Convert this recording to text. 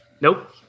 Nope